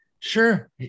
Sure